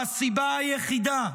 והסיבה היחידה,